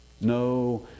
no